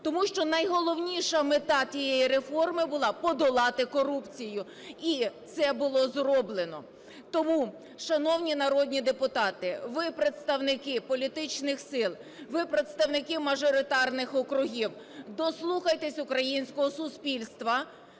тому що найголовніша мета тієї реформи була подолати корупцію, і це було зроблено. Тому, шановні народні депутати, ви – представники політичних сил, ви – представники мажоритарних округів, дослухайтесь українського суспільства.